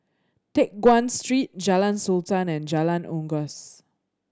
Teck Guan Street Jalan Sultan and Jalan Unggas